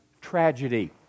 tragedy